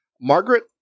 Margaret